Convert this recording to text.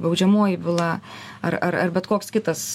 baudžiamoji byla ar ar ar bet koks kitas